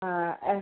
ആ